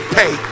pay